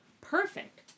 Perfect